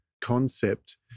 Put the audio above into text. concept